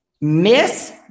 Miss